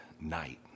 night